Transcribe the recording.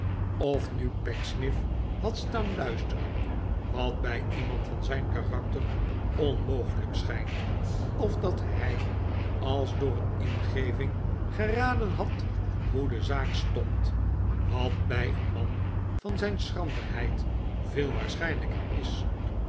of nu pecksniff had staan luisteren wat bij iemand van zijn karakter onmogelijk schijnt of dat hij als door een ingeving geraden had hoe de zaak stbnd wat bij een man van zijn schranderheid veel waarschijnlijker is